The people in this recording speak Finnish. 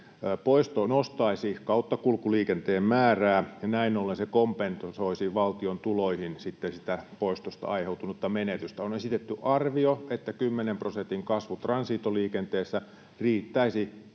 Poisto nostaisi kauttakulkuliikenteen määrää, ja näin ollen se kompensoisi valtion tuloihin sitten sitä poistosta aiheutunutta menetystä. On esitetty arvio, että 10 prosentin kasvu transitoliikenteessä riittäisi